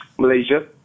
Malaysia